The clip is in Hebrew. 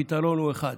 הפתרון הוא אחד: